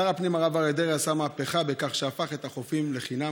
שר הפנים הרב אריה דרעי עשה מהפכה בכך שהפך את החופים לחינם,